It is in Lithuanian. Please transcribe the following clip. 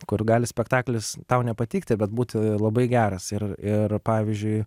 kur gali spektaklis tau nepatikti bet būti labai geras ir ir pavyzdžiui